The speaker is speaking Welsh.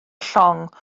llong